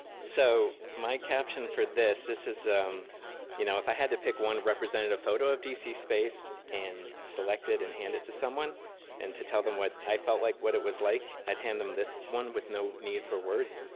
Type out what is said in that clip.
so my caption for this this um you know if i had to pick one representative photo of d c. space and select it and hand it to someone and to tell them what i felt like what it was like, i'd hand them this one with no need for words.